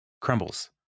Crumbles